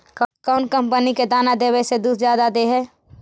कौन कंपनी के दाना देबए से दुध जादा दे है?